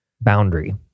boundary